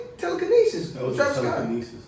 Telekinesis